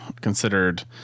considered